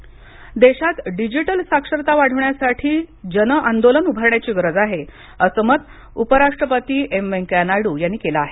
उपराष्ट्पती देशात डिजिटल साक्षरता वाढवण्यासाठी जनआंदोलन उभारण्याची गरज आहे असं मत उपराष्ट्रपती एम व्यंकय्या नायडू यांनी केलं आहे